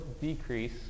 decrease